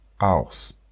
house